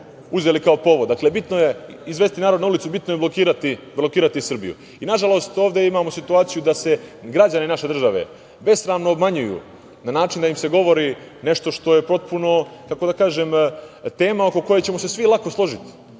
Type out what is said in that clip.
uzeli kao povod. Dakle, bitno je izvesti narod na ulicu, bitno je blokirati Srbiju. Nažalost, ovde imamo situaciju da se građani naše države besramno obmanjuju na način da im se govori nešto što je potpuno, kako da kažem, tema oko koje ćemo se svi lako složiti.